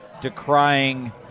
decrying